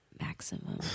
Maximum